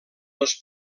les